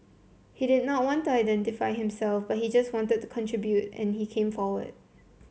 he did not want to identify himself but he just wanted to contribute and he came forward